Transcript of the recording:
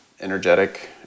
energetic